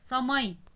समय